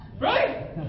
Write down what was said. Right